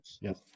Yes